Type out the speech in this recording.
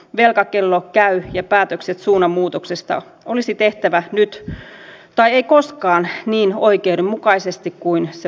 velkakello käy ja päätökset suunnanmuutoksesta olisi tehtävä nyt tai ei koskaan niin oikeudenmukaisesti kuin se vain on mahdollista